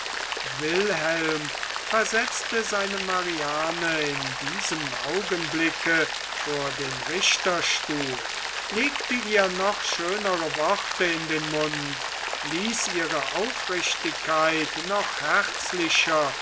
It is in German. wilhelm versetzte seine mariane in diesem augenblicke vor den richterstuhl legte ihr noch schönere worte in den mund ließ ihre aufrichtigkeit noch herzlicher